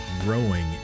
growing